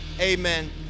Amen